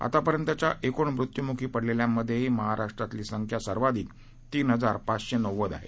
आतापर्यंतच्या एकूण मृत्यूमुखी पडलेल्यांमधेही महाराष्ट्रातली संख्या सर्वाधिक तीन हजार पाचशे नव्वद आहे